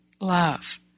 love